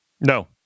No